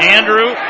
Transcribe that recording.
Andrew